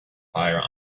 fire